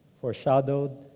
foreshadowed